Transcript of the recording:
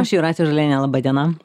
aš jūratė žalienė laba diena